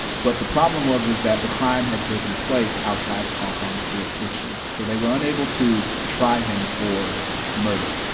but the problem was was that the crime had taken place outside of hong kong's jurisdiction. so they were unable to try him for murder.